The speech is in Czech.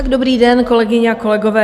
Dobrý den, kolegyně a kolegové.